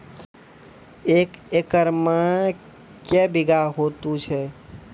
एक एकरऽ मे के बीघा हेतु छै?